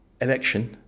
Election